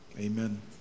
Amen